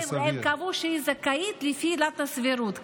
הם קבעו שהיא זכאית לפי עילת הסבירות,